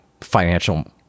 financial